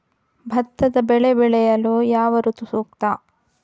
ಭತ್ತದ ಬೆಳೆ ಬೆಳೆಯಲು ಯಾವ ಋತು ಸೂಕ್ತ?